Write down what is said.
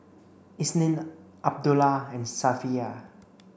Isnin Abdullah and Safiya